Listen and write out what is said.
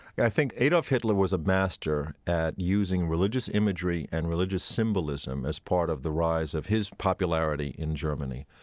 i think adolf hitler was a master at using religious imagery and religious symbolism as part of the rise of his popularity in germany.